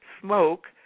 smoke